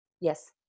Yes